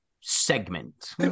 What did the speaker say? segment